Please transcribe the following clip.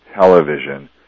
television